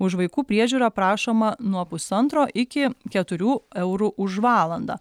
už vaikų priežiūrą prašoma nuo pusantro iki keturių eurų už valandą